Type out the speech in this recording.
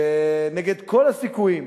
כשנגד כל הסיכויים